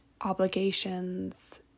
obligations